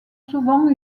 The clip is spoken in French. souvent